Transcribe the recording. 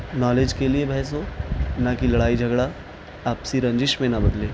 knowledge کے لیے بحث ہو نہ کہ لڑائی جھگڑا آپسی رنجش میں نہ بدلے